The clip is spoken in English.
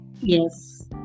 yes